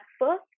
first